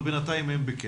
אבל בינתיים הם בכלא.